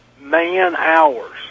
man-hours